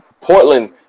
Portland